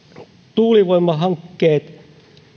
tuulivoimalahankkeet